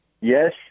yes